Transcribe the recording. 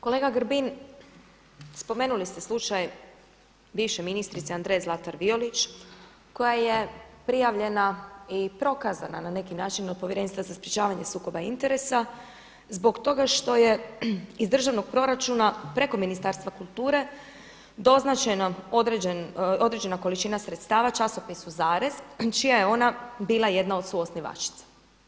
Kolega Grbin spomenuli ste slučaj bivše ministrice Andreje Zlatar Violić koja je prijavljena i prokazana na neki način od Povjerenstva za sprječavanje sukoba interesa zbog toga što je iz državnog proračuna preko Ministarstva kulture doznačena određena količina sredstava časopisu „Zarez“ čija je ona bila jedna od suosnivačica.